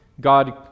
God